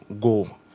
go